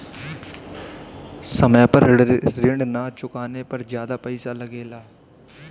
समय पर ऋण ना चुकाने पर ज्यादा पईसा लगेला?